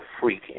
freak